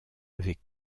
avec